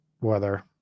weather